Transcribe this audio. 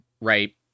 right